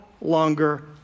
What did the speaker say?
longer